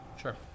Sure